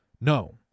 no